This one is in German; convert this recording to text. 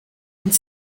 und